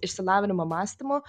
išsilavinimo mąstymu